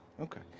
Okay